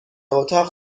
اتاق